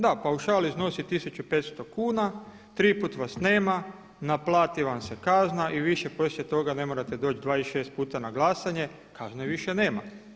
Da paušal iznosi 1500 kuna, tri puta vas nema, naplati vam se kazna i više poslije toga ne morate doći 26 puta na glasanje, kazne više nema.